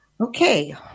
Okay